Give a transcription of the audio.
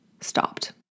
stopped